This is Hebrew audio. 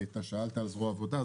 שאלת על זרוע עבודה,